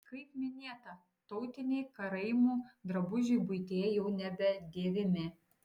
kaip minėta tautiniai karaimų drabužiai buityje jau nebedėvimi